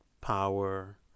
power